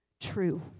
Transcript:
true